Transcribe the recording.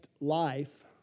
life